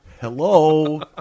hello